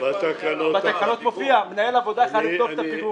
--- בתקנות מופיע: מנהל העבודה חייב לבדוק את הפיגום.